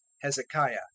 hezekiah